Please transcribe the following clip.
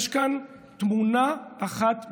יש כאן תמונה אחת בלבד,